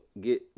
Get